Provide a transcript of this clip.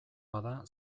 bada